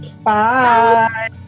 Bye